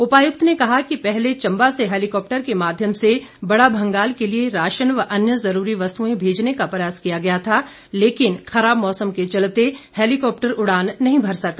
उपायुक्त ने कहा कि पहले चम्बा से हेलीकॉप्टर के माध्यम से बड़ा भंगाल के लिए राशन व अन्य जरूरी वस्तुएं भेजने का प्रयास किया गया था लेकिन खराब मौसम के चलते हेलीकॉप्टर उड़ान नहीं भर सका